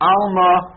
alma